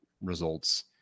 results